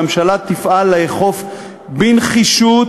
והממשלה תפעל לאכוף בנחישות,